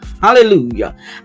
Hallelujah